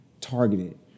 targeted